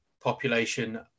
population